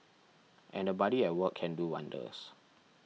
and a buddy at work can do wonders